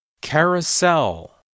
Carousel